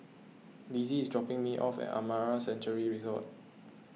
Lizzie is dropping me off at Amara Sanctuary Resort